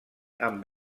amb